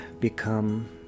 become